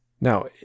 Now